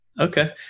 Okay